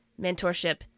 mentorship